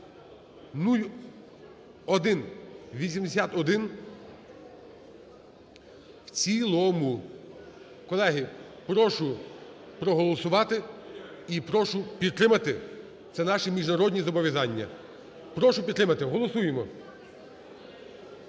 (0181) в цілому. Колеги, прошу проголосувати і прошу підтримати, це наші міжнародні зобов'язання. Прошу підтримати, голосуємо.